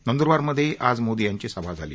नंदूरबारमधेही आज मोदी यांची सभा झाली